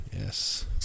Yes